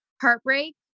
heartbreak